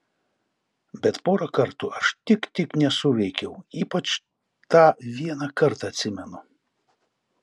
bet porą kartų aš tik tik nesuveikiau ypač tą vieną kartą atsimenu